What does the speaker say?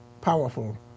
powerful